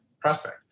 prospect